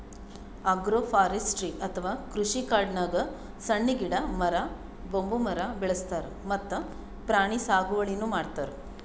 agroforestry ಅಥವಾ ಕೃಷಿಕಾಡ್ನಾಗ್ ಸಣ್ಣ್ ಗಿಡ, ಮರ, ಬಂಬೂ ಮರ ಬೆಳಸ್ತಾರ್ ಮತ್ತ್ ಪ್ರಾಣಿ ಸಾಗುವಳಿನೂ ಮಾಡ್ತಾರ್